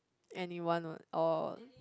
anyone one with all